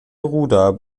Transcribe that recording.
ruder